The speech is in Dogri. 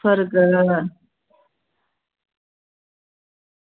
फर्क